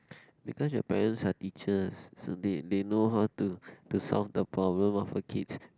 because your parents are teachers so they they know how to to solve the problem of a kids